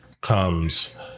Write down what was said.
comes